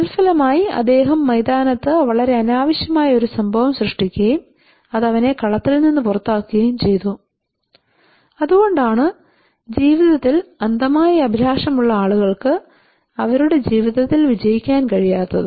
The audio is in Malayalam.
തൽഫലമായി അദ്ദേഹം മൈതാനത്ത് വളരെ അനാവശ്യമായ ഒരു സംഭവം സൃഷ്ടിക്കുകയും അത് അവനെ കളത്തിൽ നിന്ന് പുറത്താക്കുകയും ചെയ്തു അതുകൊണ്ടാണ് ജീവിതത്തിൽ അന്ധമായ അഭിലാഷമുള്ള ആളുകൾക്ക് അവരുടെ ജീവിതത്തിൽ വിജയിക്കാൻ കഴിയാത്തത്